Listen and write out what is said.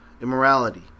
immorality